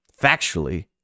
factually